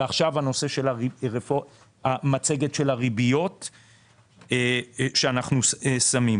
ועכשיו המצגת של הריביות שאנחנו שמים,